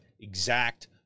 exact